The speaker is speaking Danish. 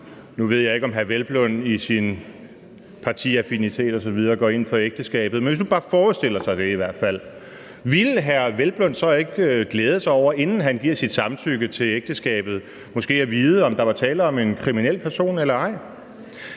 nu ved jeg ikke, om hr. Hvelplund i sin partiaffinitet osv. går ind for ægteskabet, men hvis man nu bare forestiller sig det i hvert fald – ville hr. Hvelplund så ikke glæde sig over, inden han giver sit samtykke til ægteskabet, måske at vide, om der var tale om en kriminel person eller ej?